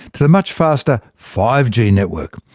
to the much faster five g network.